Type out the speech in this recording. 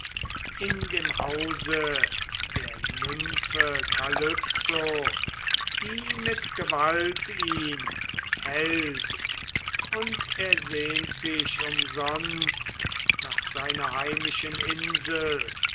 in dem hause der nymphe kalypso die mit gewalt ihn hält und er sehnt sich umsonst nach seiner heimischen insel